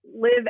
live